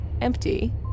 empty